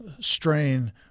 strain